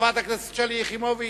חברת הכנסת שלי יחימוביץ,